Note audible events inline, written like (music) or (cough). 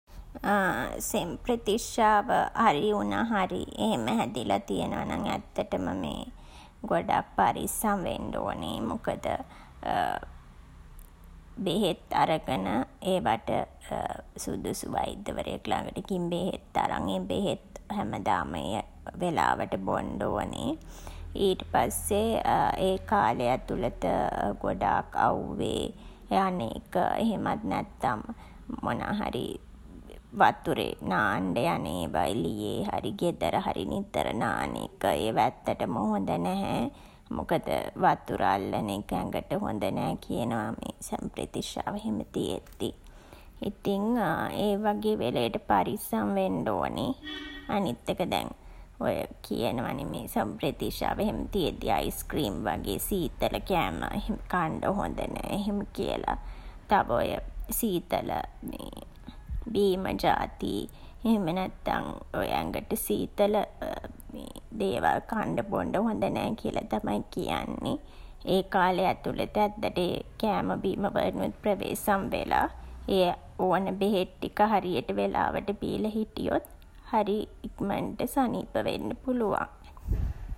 (hesitation) සෙම්ප්‍රතිශ්‍යාව හරි උණ හරි එහෙම හැදිලා තියනවා නම් ඇත්තටම මේ ගොඩක් පරිස්සම් වෙන්ඩ ඕනෙ. මොකද (hesitation) බෙහෙත් අරගෙන ඒවට (hesitation) සුදුසු වෙඉදවර්යෙක් ලඟට ගිහින් බෙහෙත් අරන් ඒ බෙහෙත් හැමදාම ඒ වෙලාවට බොන්ඩ ඕනෙ. ඊට පස්සේ (hesitation) ඒ කාලේ ඇතුළත (hesitation) ගොඩාක් අව්වේ යන එක එහෙමත් නැත්තන් මොනාහරි වතුරේ නාන්ඩ යන ඒවා එහෙමත් එළියේ හරි ගෙදර හරි නිතර නාන එක ඒවා ඇත්තටම හොඳ නැහැ. මොකද (hesitation) වතුර අල්ලන එක ඇඟට හොඳ නෑ කියනවා මේ සෙම්ප්‍රතිශ්‍යාව එහෙම තියෙද්දී. ඉතින් (hesitation) ඒ වගේ වෙලේට පරිස්සම් වෙන්ඩ ඕනෙ. අනිත් එක දැන් ඔය කියනවා නේ මේ සෙම්ප්‍රතිශ්‍යාව එහෙම තියෙද්දී අයිස්ක්‍රීම් වගේ සීතල කෑම එහෙම කන්ඩ හොඳ නෑ එහෙම කියලා. තව ඔය සීතල (hesitation) බීම ජාති එහෙම නැත්තන් ඔය ඇඟට සීතල (hesitation) දේවල් කන්ඩ බොන්ඩ හොඳ නෑ කියලා තමයි කියන්නේ. ඒ කාලේ ඇතුළත ඇත්තට ඒ කෑම බීම වලිනුත් ප්‍රවේසම් වෙලා, ඒ ඕන බෙහෙත් ටික හරියට වෙලාවට බීලා හිටියොත් හරි ඉකමනට සනීප වෙන්න පුළුවන්.